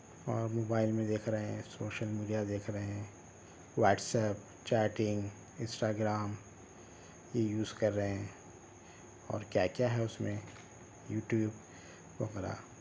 اور موبائل میں دیکھ رہے ہیں سوشل میڈیا دیکھ رہے ہیں واٹسایپ چیٹنگ انسٹاگرام ای یوز کر رہے ہیں اور کیا کیا ہے اس میں یوٹیوب وغیرہ